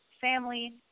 family